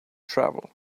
travel